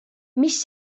mis